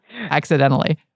accidentally